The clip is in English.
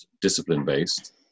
discipline-based